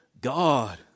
God